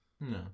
No